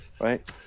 right